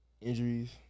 injuries –